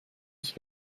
ich